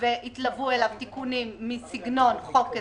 שיתלוו אליו תיקונים מסגנון חוק הסדרים.